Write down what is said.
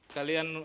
Kalian